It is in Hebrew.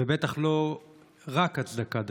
ובטח לא רק הצדקה דתית,